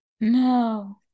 No